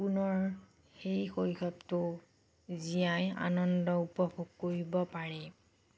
পুনৰ সেই শৈশৱটো জীয়াই আনন্দ উপভোগ কৰিব পাৰে